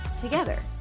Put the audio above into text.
together